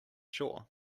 sure